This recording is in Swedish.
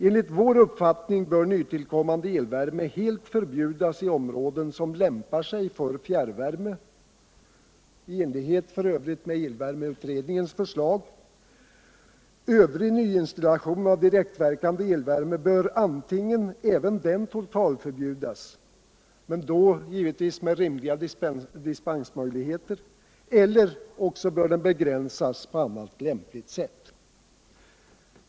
Enligt vår uppfattning bör nytillkommande elvärme helt förbjudas i områden som Kämpar sig för fjärrvärme — i enlighet med elvärmeutredningens förslag. Övrig nyinstallation av direktverkande elvärme bör antingen även den totalförbjudas — och då givetvis med rimliga dispensmöjligheter — eller begränsas på annat lämpligt sält.